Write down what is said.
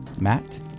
Matt